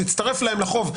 זה יצטרף להם לחוב,